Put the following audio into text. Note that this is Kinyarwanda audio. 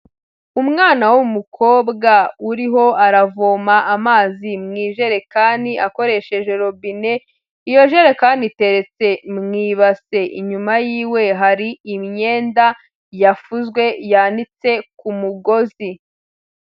Umwana w'umukobwa urimo aravoma amazi mu ijerekani akoresheje robine, iyo jerekani iteretse mu ibase inyuma yiwe hari imyenda yafuzwe yanitse ku mugozi.